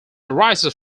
arises